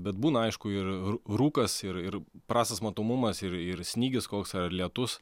bet būna aišku ir rūkas ir ir prastas matomumas ir ir snygis koks ar lietus